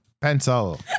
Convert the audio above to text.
pencil